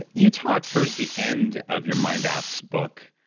you talk towards the end of your mindapps book.